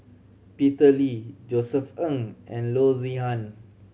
Peter Lee Josef Ng and Loo Zihan